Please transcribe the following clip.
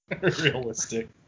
realistic